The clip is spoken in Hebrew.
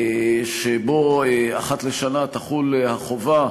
שבו אחת לשנה תחול החובה